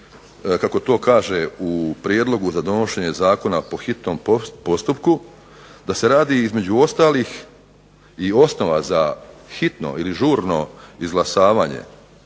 kako to kaže u prijedlogu za donošenju zakona po hitnom postupku, da se radi između ostalih i osnova za hitno ili žurno izglasavanje